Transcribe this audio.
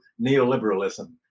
neoliberalism